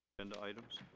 and items?